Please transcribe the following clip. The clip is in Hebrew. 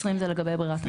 סעיף 20 לגבי בררת המחדל.